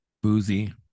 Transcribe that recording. Boozy